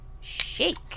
shake